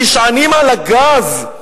שנשענים על הגז,